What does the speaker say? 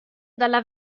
dalla